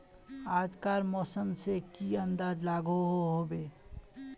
आज कार मौसम से की अंदाज लागोहो होबे?